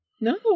No